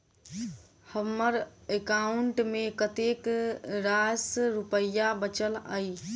हम्मर एकाउंट मे कतेक रास रुपया बाचल अई?